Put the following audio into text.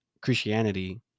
Christianity